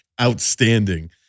outstanding